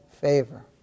favor